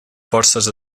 forces